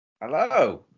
Hello